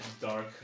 dark